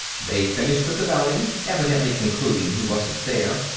they finished with the valley, evidently concluding he wasn't there,